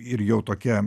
ir jau tokia